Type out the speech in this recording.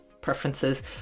preferences